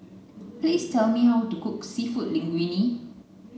please tell me how to cook Seafood Linguine